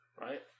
Right